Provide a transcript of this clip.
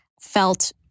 felt